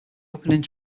opening